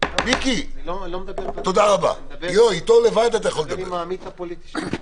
אני מדבר עם העמית הפוליטי שלי.